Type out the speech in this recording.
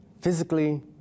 physically